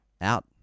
out